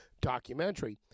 documentary